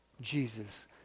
Jesus